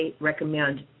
recommend